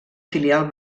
filial